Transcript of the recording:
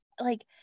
like-